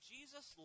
Jesus